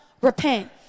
Repent